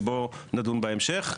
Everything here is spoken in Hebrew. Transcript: שבו נדון בהמשך,